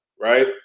right